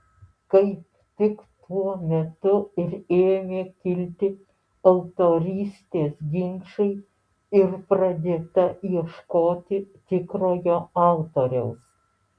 kaip tik tuo metu ir ėmė kilti autorystės ginčai ir pradėta ieškoti tikrojo autoriaus